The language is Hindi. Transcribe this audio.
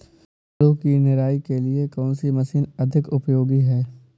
आलू की निराई के लिए कौन सी मशीन अधिक उपयोगी है?